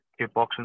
kickboxing